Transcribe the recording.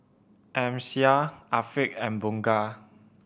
Amsyar Afiq and Bunga